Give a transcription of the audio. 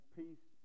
peace